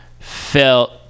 felt